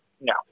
No